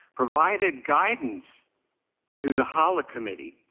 provided guidance to the color committee,